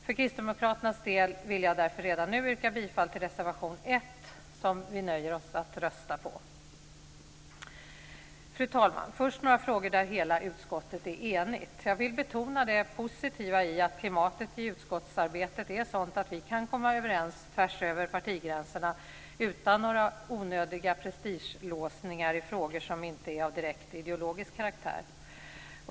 För kristdemokraternas del vill jag därför redan nu yrka bifall till reservation 1, som vi nöjer oss med att rösta på. Fru talman! Först några frågor där hela utskottet är enigt. Jag vill betona det positiva i att klimatet i utskottsarbetet är sådant att vi kan komma överens tvärsöver partigränserna utan några onödiga prestigelåsningar i frågor som inte är av direkt ideologisk karaktär.